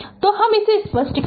तो हम इसे स्पष्ट कर दे